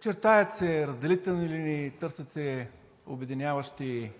Чертаят се разделителни линии, търсят се обединяващи